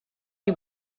you